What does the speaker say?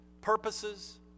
purposes